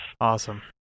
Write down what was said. Awesome